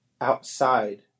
outside